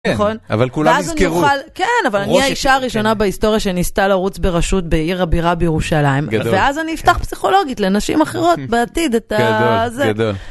אבל כולם יזכרו, כן אבל אני האישה הראשונה בהיסטוריה שניסתה לרוץ ברשות בעיר הבירה בירושלים ואז אני אפתח פסיכולוגית לנשים אחרות בעתיד את זה.